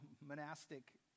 monastic